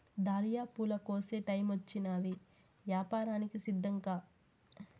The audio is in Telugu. దాలియా పూల కోసే టైమొచ్చినాది, యాపారానికి సిద్ధంకా